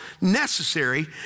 necessary